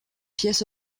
pièce